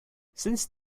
since